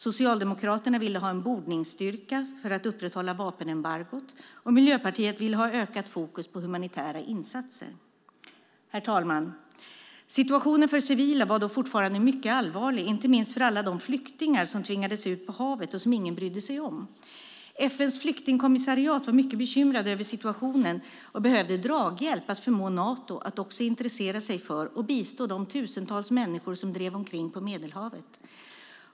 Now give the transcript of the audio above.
Socialdemokraterna ville ha en bordningsstyrka för att upprätthålla vapenembargot, och Miljöpartiet ville ha ökat fokus på humanitära insatser. Herr talman! Situationen för civila var då fortfarande mycket allvarlig, inte minst för alla de flyktingar som tvingades ut på havet och som ingen brydde sig om. FN:s flyktingkommissariat var mycket bekymrat över situationen och behövde draghjälp för att förmå Nato att också intressera sig för och bistå de tusentals människor som drev omkring på Medelhavet.